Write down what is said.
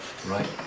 Right